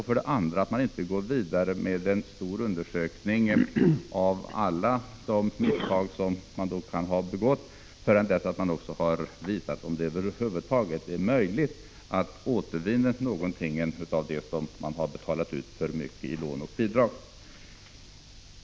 För det andra skall man inte gå vidare med en stor undersökning av alla de misstag som kan ha begåtts förrän det också har visat sig om det över huvud taget är möjligt att återvinna någonting av det som betalats ut för mycket i lån och bidrag.